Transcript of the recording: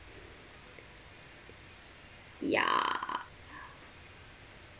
yeah